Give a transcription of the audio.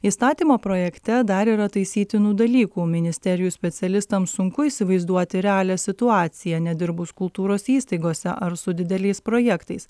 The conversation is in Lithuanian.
įstatymo projekte dar yra taisytinų dalykų ministerijų specialistams sunku įsivaizduoti realią situaciją nedirbus kultūros įstaigose ar su dideliais projektais